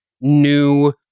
new